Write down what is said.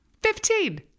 Fifteen